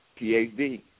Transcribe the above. PhD